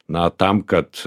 na tam kad